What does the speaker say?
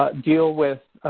but deal with